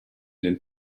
den